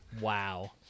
Wow